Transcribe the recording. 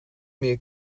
meer